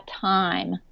time